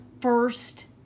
first